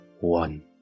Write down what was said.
One